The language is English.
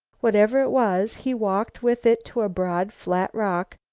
whatever it was, he walked with it to a broad, flat rock,